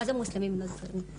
מה זה מוסלמים ונוצרים?